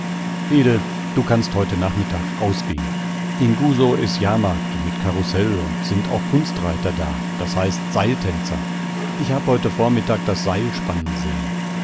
du kannst heute nachmittag ausgehn in gusow ist jahrmarkt mit karoussel und sind auch kunstreiter da das heißt seiltänzer ich hab heute vormittag das seil spannen sehn